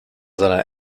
seiner